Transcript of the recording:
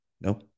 No